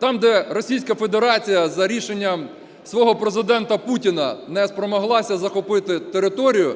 Там, де Російська Федерація, за рішенням свого Президента Путіна, не спромоглася захопити територію